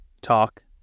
talk